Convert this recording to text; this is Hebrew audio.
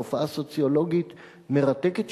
תופעה סוציולוגית מרתקת,